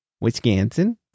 Wisconsin